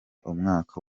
umwaka